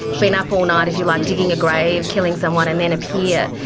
been up all night, if you like, digging a grave, killing someone and then appear,